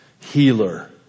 healer